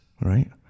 right